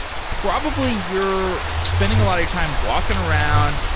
probably you're spending a lot of time walking around,